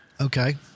Okay